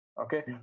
Okay